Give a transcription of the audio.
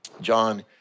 John